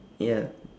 ya